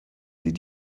sie